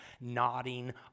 nodding